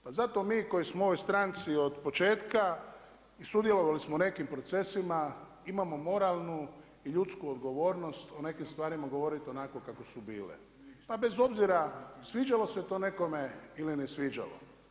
Pa zato mi koji smo u ovoj stranci od početka i sudjelovali smo u nekim procesima imamo moralnu i ljudsku odgovornost o nekim stvarima govoriti onako kako su bile pa bez obzira sviđalo se to nekome ili ne sviđalo.